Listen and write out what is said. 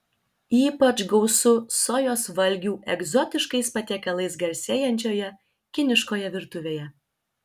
ypač gausu sojos valgių egzotiškais patiekalais garsėjančioje kiniškoje virtuvėje